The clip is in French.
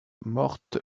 morte